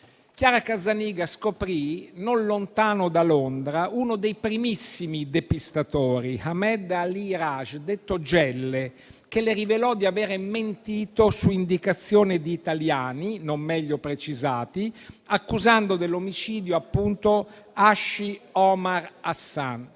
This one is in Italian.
Chiara Cazzaniga scoprì, non lontano da Londra, uno dei primissimi depistatori, Ahmed Ali Rage, soprannominato Jelle. Questi le rivelò di avere mentito su indicazione di italiani, non meglio precisati, accusando dell'omicidio *Hashi* Omar Hassan,